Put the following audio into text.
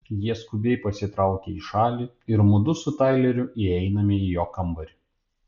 jie skubiai pasitraukia į šalį ir mudu su taileriu įeiname į jo kambarį